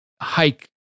hike